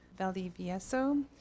Valdivieso